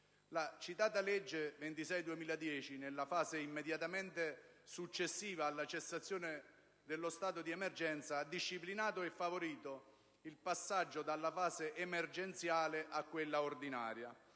La citata legge n. 26 del 2010, nella fase immediatamente successiva alla cessazione dello stato di emergenza, ha disciplinato e favorito il passaggio dalla fase emergenziale a quella ordinaria